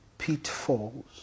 Pitfalls